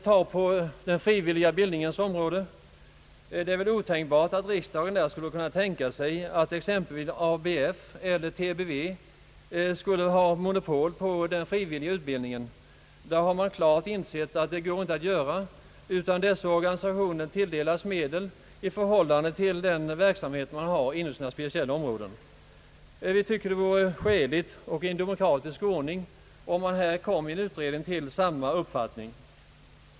Ta den frivilliga bildningsverksamheten. Det är otänkbart att riksdagen skulle tänka sig att t.ex. ABF eller TBV skulle ha monopol på den frivilliga utbildningen. Man har ansett att det inte går att göra så, utan dessa organisationer tilldelas medel i förhållande till den verksamhet som de har inom sina speciella områden. Vi tycker att det vore skäligt och i demokratisk ordning om man här komme till samma uppfattning genom en utredning beträffande jaktvården.